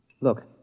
Look